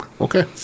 Okay